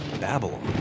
Babylon